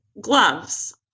gloves